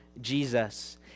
Jesus